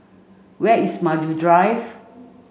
where is Maju Drive